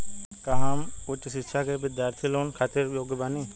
का हम उच्च शिक्षा के बिद्यार्थी लोन खातिर योग्य बानी?